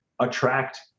attract